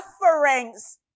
sufferings